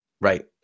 Right